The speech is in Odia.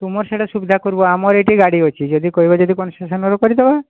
ତୁମର ସିଆଡ଼େ ସୁବିଧା କରିବ ଆମର ଏଠି ଗାଡ଼ି ଅଛି ଯଦି କହିବ ଯଦି କନ୍ସେସନରେ କରିଦେବା